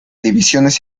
divisiones